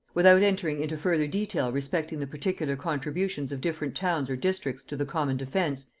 without entering into further detail respecting the particular contributions of different towns or districts to the common defence,